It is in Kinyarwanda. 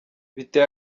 biteye